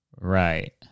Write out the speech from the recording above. Right